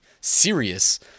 serious